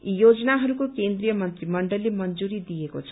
यी योजनाहरूको केन्द्रीय मन्त्रीमण्डलले मंजूरी दिएको छ